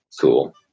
Cool